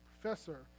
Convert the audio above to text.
professor